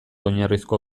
oinarrizko